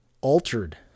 altered